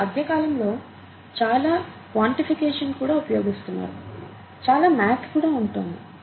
ఈ మధ్య కాలంలో చాలా క్వాన్టిఫికేషన్ కూడా ఉపయోగిస్తున్నారు చాలా మాథ్ కూడా ఉంటోంది